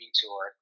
tour